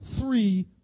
three